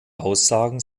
aussagen